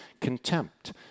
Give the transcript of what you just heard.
contempt